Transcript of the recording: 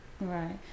right